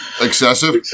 Excessive